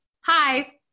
hi